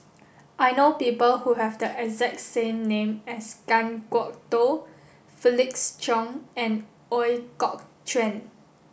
I know people who have the exact name as Kan Kwok Toh Felix Cheong and Ooi Kok Chuen